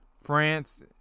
France